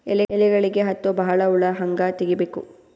ಎಲೆಗಳಿಗೆ ಹತ್ತೋ ಬಹಳ ಹುಳ ಹಂಗ ತೆಗೀಬೆಕು?